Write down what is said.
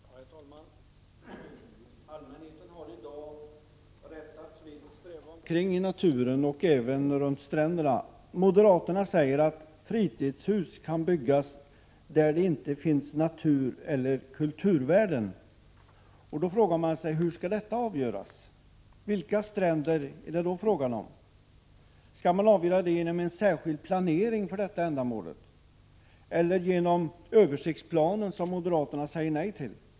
Herr talman! Allmänheten har i dag rätt att fritt ströva omkring i naturen och även runt stränder. Moderaterna säger att fritidshus kan byggas där det inte finns natureller kulturvärden. Men hur skall det avgöras? Vilka stränder är det fråga om? Skall dessa frågor avgöras genom en särskild planering för ändamålet eller genom översiktsplanen, som moderaterna säger nej till?